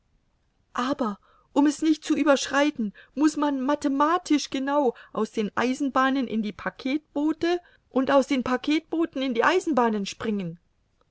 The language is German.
aber um es nicht zu überschreiten muß man mathematisch genau aus den eisenbahnen in die packetboote und aus den packetbooten in die eisenbahnen springen